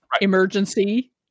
emergency